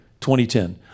2010